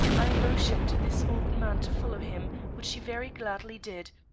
i motioned to this old man to follow him, which he very gladly did,